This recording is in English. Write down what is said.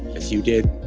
as you did